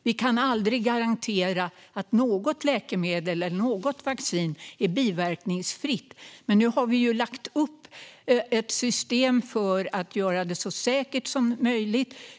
Vi kan aldrig garantera att något läkemedel eller något vaccin är biverkningsfritt, men nu har vi ju lagt upp ett system för att göra detta så säkert som möjligt.